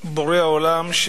בורא עולם.